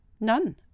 None